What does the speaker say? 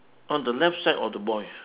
on the left side of the boy